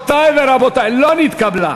לא נתקבלה.